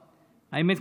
האמת,